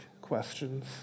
questions